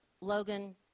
Logan